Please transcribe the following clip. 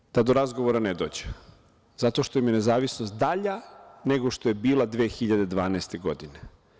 Čine sve da do razgovora ne dođe zato što im je nezavisnost dalja nego što im je bila 2012. godine.